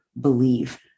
believe